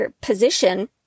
position